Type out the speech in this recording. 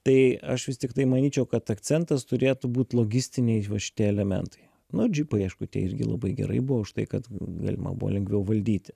tai aš vis tiktai manyčiau kad akcentas turėtų būt logistiniai va šitie elementai nu džipai aišku tie irgi labai gerai buvo už tai kad galima buvo lengviau valdyti